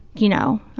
you know,